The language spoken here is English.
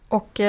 Och